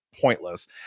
pointless